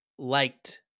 liked